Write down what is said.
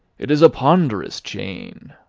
it is a ponderous chain!